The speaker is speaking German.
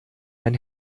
mein